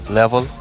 level